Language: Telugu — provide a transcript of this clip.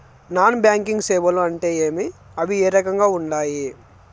నాన్ బ్యాంకింగ్ సేవలు అంటే ఏమి అవి ఏ రకంగా ఉండాయి